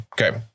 Okay